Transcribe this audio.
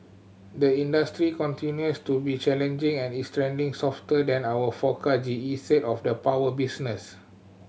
the industry continues to be challenging and is trending softer than our forecast G E said of the power business